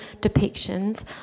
depictions